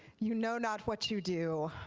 you know not what you do.